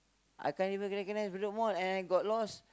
I can't even recognise Bedok Mall and and I got lost